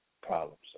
problems